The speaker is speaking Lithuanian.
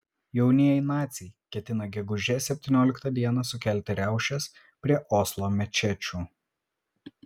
jaunieji naciai ketina gegužės septynioliktą dieną sukelti riaušes prie oslo mečečių